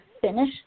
finish